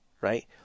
right